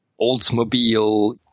Oldsmobile